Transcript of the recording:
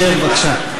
אדוני ישב, בבקשה.